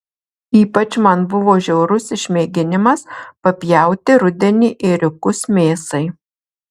ypač man buvo žiaurus išmėginimas papjauti rudenį ėriukus mėsai